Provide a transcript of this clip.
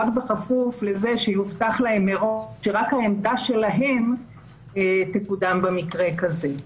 רק אם יובטח להם מראש שרק העמדה שלהם תקודם במקרה שכזה.